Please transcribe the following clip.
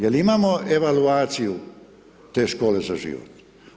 Je li imamo evaluaciju te škole za život?